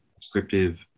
descriptive